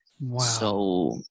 Wow